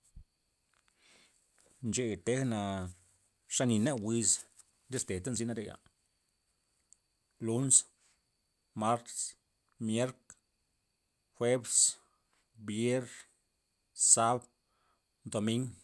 Ncheya tejna, xa nina wyz diste ta nzyna reya luns mars mierk jueps vier sab domin